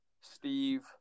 Steve